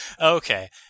Okay